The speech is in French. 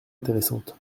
intéressante